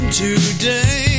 today